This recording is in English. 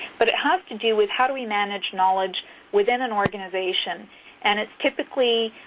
but it has to do with how do we manage knowledge within an organization and it's typically